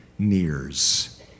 nears